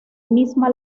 misma